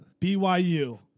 BYU